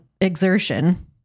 exertion